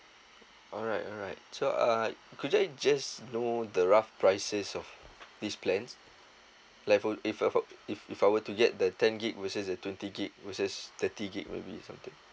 alright alright so uh could I just know the rough prices of these plans like for if for if if I were to get the ten gig versus the twenty gig versus thirty gig may be something